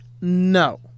No